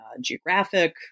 geographic